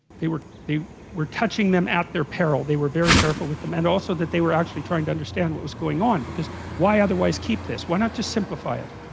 they, were they, were touching them at their peril they were very careful with them and also that they, were actually trying to understand what was on because why? otherwise keep this why not just simplify it